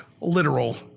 Literal